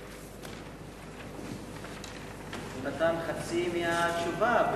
הוא נתן חצי מהתשובה,